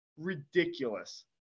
ridiculous